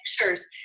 pictures